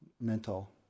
mental